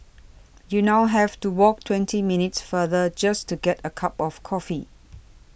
you now have to walk twenty minutes farther just to get a cup of coffee